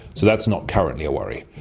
so that's not currently a worry.